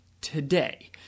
today